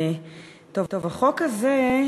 החוק הזה,